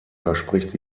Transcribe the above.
verspricht